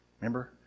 Remember